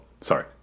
sorry